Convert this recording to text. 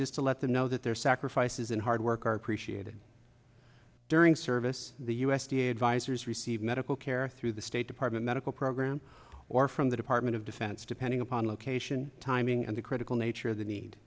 just to let them know that their sacrifices and hard work are appreciated during service the u s t a advisors receive medical care through the state department medical program or from the department of defense depending upon location timing and the critical nature of the need